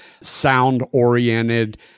sound-oriented